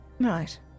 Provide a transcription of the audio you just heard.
Right